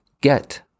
get